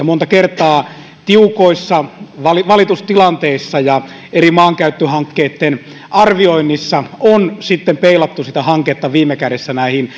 monta kertaa tiukoissa valitustilanteissa ja eri maankäyttöhankkeitten arvioinnissa on sitten peilattu sitä hanketta viime kädessä näihin